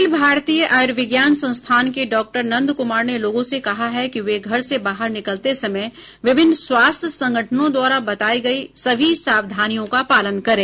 अखिल भारतीय आयुर्विज्ञान संस्थान के डॉक्टर नन्द कुमार ने लोगों से कहा है कि वे घर से बाहर निकलते समय विभिन्न स्वास्थ्य संगठनों द्वारा बताई गई सभी सावधानियों का पालन करें